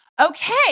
Okay